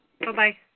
Bye-bye